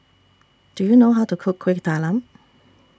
Do YOU know How to Cook Kuih Talam